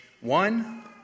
one